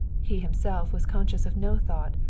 he himself was conscious of no thought,